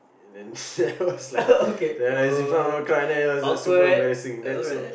then that was like then it's in front of a crowd and then it was super embarrassing then so